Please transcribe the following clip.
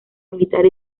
militar